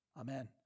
Amen